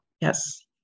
yes